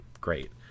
Great